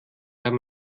haben